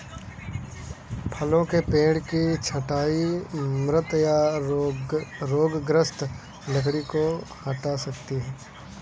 फलों के पेड़ की छंटाई मृत या रोगग्रस्त लकड़ी को हटा सकती है